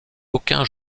aucun